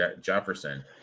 Jefferson